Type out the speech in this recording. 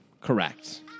Correct